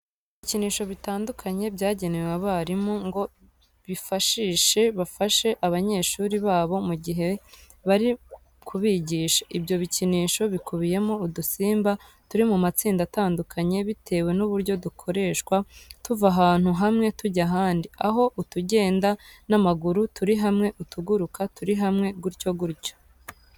Ibikinisho bitandukanye byagenewe abarimu ngo bifashishe bafasha abanyeshuri babo mu gihe bari kubigisha; ibyo bikinisho bikubiyemo udusimba turi mu matsinda atandukanye bitewe n'uburyo dukoresha tuva ahantu hamwe tujya ahandi, aho utugenda n'amaguru turi hamwe, utuguruka turi hamwe gutyo gutyo.